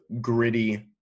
gritty –